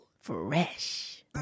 Fresh